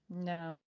no